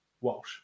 Walsh